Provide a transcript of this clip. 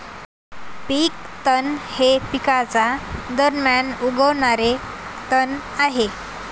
पीक तण हे पिकांच्या दरम्यान उगवणारे तण आहे